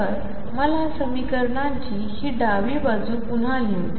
तर मला समीकरणांची ही डावी बाजू पुन्हा लिहू द्या